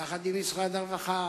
יחד עם משרד הרווחה,